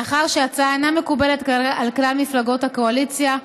מאחר שההצעה אינה מקובלת על כלל מפלגות הקואליציה,